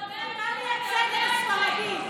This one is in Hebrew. אתה מייצג אותי.